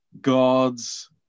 God's